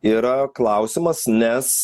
yra klausimas nes